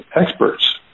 experts